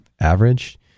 average